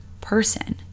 person